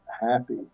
happy